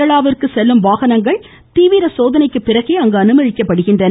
தேனியிலிருந்து செல்லும் வாகனங்கள் கீவிர சோதனைக்கு பிறகே அனுமதிக்கப்படுகின்றன